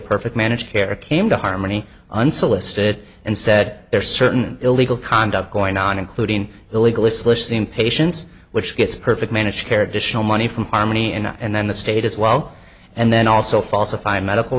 perfect managed care came to harmony unsolicited and said there's certain illegal conduct going on including the legal lists listing patients which gets perfect managed care additional money from harmony and and then the state as well and then also falsify medical